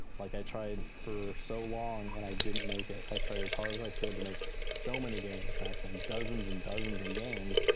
like i tried for so long and i didn't make it. i tried as hard as i could to make so many games back then, dozens and dozens of games,